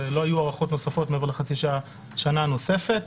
שלא יהיו הארכות נוספות מעבר לחצי שנה נוספת.